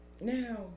Now